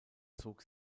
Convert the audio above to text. zog